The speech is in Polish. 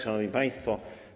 Szanowni Państwo!